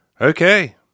Okay